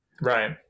Right